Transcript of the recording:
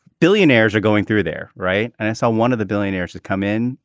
billionaires are going through there. right and i saw one of the billionaires that come in,